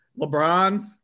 LeBron